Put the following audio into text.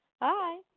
Hi